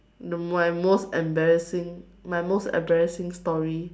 the my most embarrassing my most embarrassing story